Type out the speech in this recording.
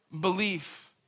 belief